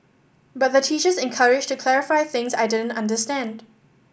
but the teachers encouraged to clarify things I didn't understand